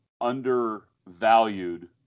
undervalued